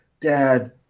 Dad